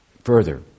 further